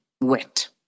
wet